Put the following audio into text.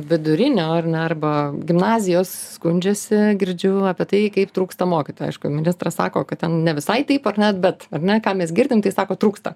vidurinių ar ne arba gimnazijos skundžiasi girdžiu apie tai kaip trūksta mokytojų aišku ministras sako kad ten ne visai taip ar ne bet ne ką mes girdim tai sako trūksta